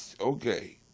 okay